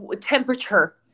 temperature